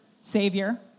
Savior